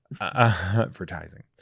Advertising